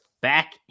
back